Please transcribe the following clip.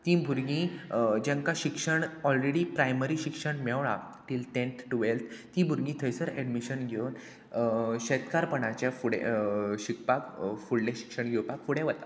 तीं भुरगीं जेंका शिक्षण ऑलरेडी प्रायमरी शिक्षण मेवळा टील टॅन्थ टुवेल्थ तीं भुरगीं थंयसर एडमिशन घेवन शेतकारपणाचें फुडें शिकपाक फुडलें शिक्षण घेवपाक फुडें वता